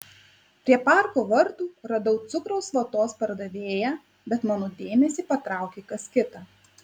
prie parko vartų radau cukraus vatos pardavėją bet mano dėmesį patraukė kas kita